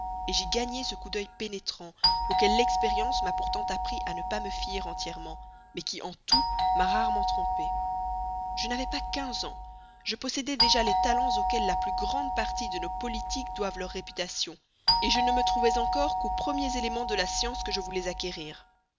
physionomies j'y gagnai ce coup d'oeil pénétrant auquel l'expérience m'a pourtant appris à ne pas me fier entièrement mais qui en tout m'a rarement trompée je n'avais pas quinze ans je possédais déjà les talents auxquels la plus grande partie de nos politiques doivent leur réputation je ne me trouvais encore qu'aux premiers éléments de la science que je voulais acquérir